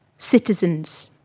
citizens.